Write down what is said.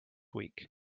week